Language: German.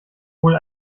wohl